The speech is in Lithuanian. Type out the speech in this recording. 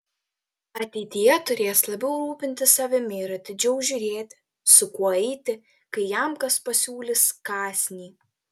ateityje turės labiau rūpintis savimi ir atidžiau žiūrėti su kuo eiti kai jam kas pasiūlys kąsnį